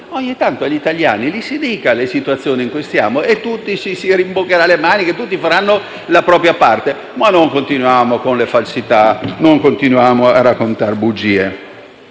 Ogni tanto agli italiani si dica in quali situazioni ci troviamo e tutti si rimboccheranno le maniche e faranno la propria parte, ma non continuiamo con le falsità, non continuiamo a raccontare bugie.